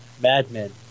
madmen